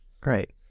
great